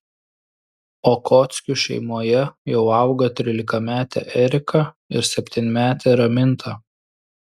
okockių šeimoje jau auga trylikametė erika ir septynmetė raminta